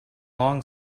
long